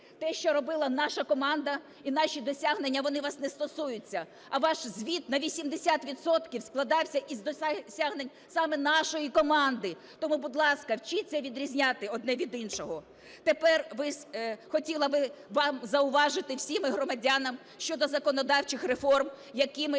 Те, що робила наша команда і наші досягнення, вони вас не стосуються, а ваш звіт на 80 відсотків складався із досягнень саме нашої команди. Тому, будь ласка, вчиться відрізняти одне від іншого. Тепер хотіла би вам зауважити і всім громадянам щодо законодавчих реформ, які ми